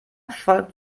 folgt